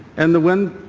and when